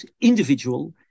individual